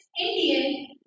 Indian